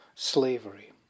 Slavery